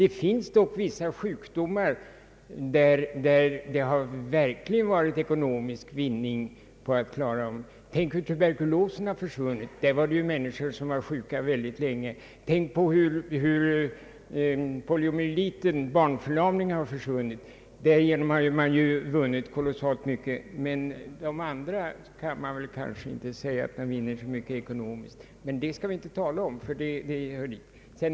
Det finns dock vissa sjukdomar, där det verkligen varit ekonomisk vinning genom att bota dem. Tänk på hur tuberkulosen försvunnit! Där rörde det sig om människor som var sjuka mycket länge. Tänk på hur poliomyeliten försvunnit! Därigenom har man vunnit kolossalt mycket. Men beträffande andra sjukdomar kanske man inte vinner så mycket ekonomiskt. Men den saken skall vi inte tala om.